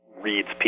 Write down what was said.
Reads